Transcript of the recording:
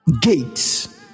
gates